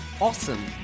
Awesome